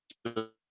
the